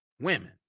Women